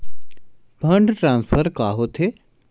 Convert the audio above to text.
Fund transfer का होथे?